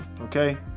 okay